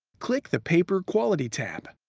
click the paper quality tab.